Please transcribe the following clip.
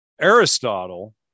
Aristotle